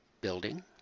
building